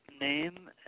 name